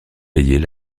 payer